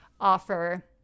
offer